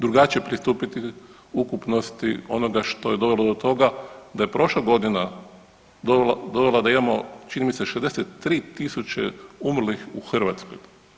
Drugačije pristupiti ukupnosti onoga što je dovelo do toga da je prošla godina dovela da imamo čini mi se 63000 umrlih u Hrvatskoj.